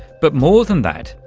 but, more than that,